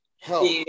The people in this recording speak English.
help